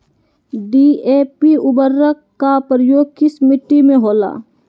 DAP उर्वरक का प्रयोग किस मिट्टी में होला?